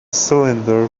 cylinder